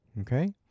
Okay